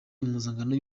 impuzankano